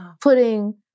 putting